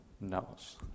knows